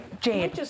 Jane